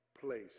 place